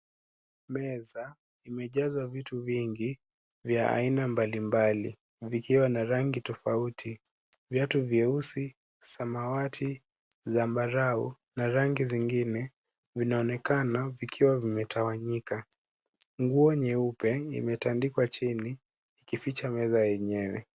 Meza imejazwa vitu vingi vya aina mbalimbali vikiwa na rangi tofauti. Viatu vyeusi, samawati, zambarau na rangi zingine vinaonekana vikiwa vimetawanyika. Nguo nyeupe imetandikwa chini ikificha meza yenyewe.